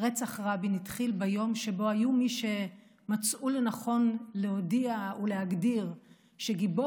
רצח רבין התחיל ביום שבו היו מי שמצאו לנכון להודיע ולהגדיר שגיבור